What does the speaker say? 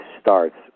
starts